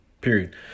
period